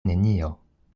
nenio